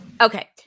Okay